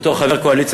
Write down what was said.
בתור חבר קואליציה,